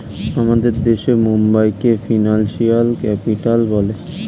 আমাদের দেশে বোম্বেকে ফিনান্সিয়াল ক্যাপিটাল বলে